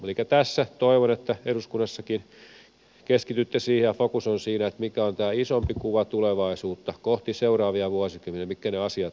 elikkä tässä toivon että eduskunnassakin keskitytte siihen ja fokus on siinä mikä on tämä isompi kuva tulevaisuutta kohti seuraavia vuosikymmeniä mitkä ovat ne asiat jotka ovat tärkeitä